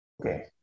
Okay